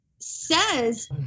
says